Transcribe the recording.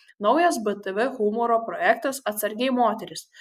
naujas btv humoro projektas atsargiai moterys